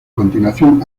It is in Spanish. continuación